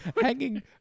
hanging